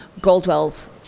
Goldwell's